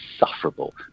insufferable